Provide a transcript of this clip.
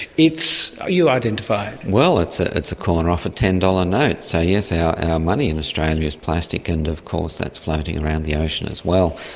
it's. you identify it. well, it's ah it's a corner off a ten dollars note. so yes, our money in australia is plastic and of course that's floating around the ocean as well.